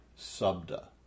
subda